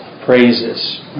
praises